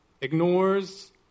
Ignores